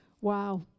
wow